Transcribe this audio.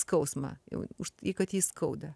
skausmą jau už tai kad jai skauda